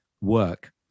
work